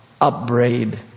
upbraid